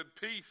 Peace